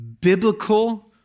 biblical